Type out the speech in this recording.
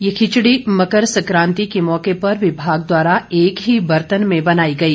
ये खिचड़ी मकर सकांति के मौके पर विभाग द्वारा एक ही बर्तन में बनाई गई